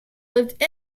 lived